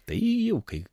tai jau kai